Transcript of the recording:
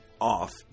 off